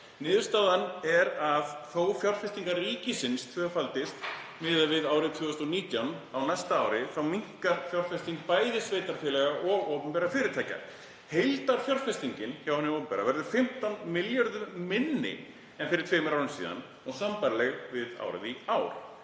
Niðurstaðan er að þótt fjárfestingar ríkisins tvöfaldist á næsta ári miðað við árið 2019 minnkar fjárfesting bæði sveitarfélaga og opinberra fyrirtækja. Heildarfjárfestingin hjá hinu opinbera verður 15 milljörðum minni en fyrir tveimur árum síðan og sambærileg við árið í ár.